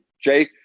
Jay